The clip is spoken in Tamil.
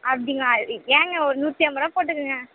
அப்படிங்களா ஏங்க ஒரு நூற்றி ஐம்பது ரூபா போட்டுக்கங்க